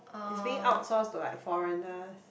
it's being outsource like foreigner